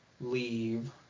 leave